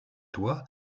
toit